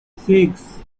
six